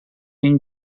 این